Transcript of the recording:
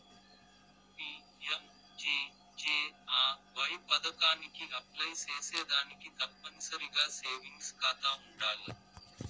PMJJAY పదకానికి apply సేసేదానికి తప్పనిసరిగా సేవింగ్స్ కాతా ఉండాల్ల